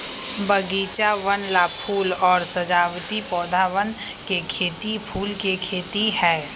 बगीचवन ला फूल और सजावटी पौधवन के खेती फूल के खेती है